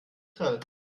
grell